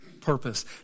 purpose